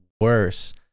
worse